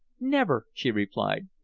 never, she replied.